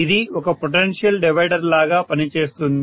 ఇది ఒక potential divider లాగా పనిచేస్తుంది